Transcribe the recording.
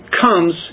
comes